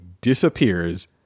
disappears